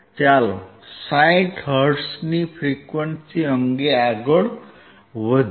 ચાલો 60 hertz frequency અંગે આગળ વધીએ